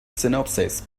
synopsis